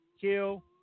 kill